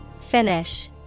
Finish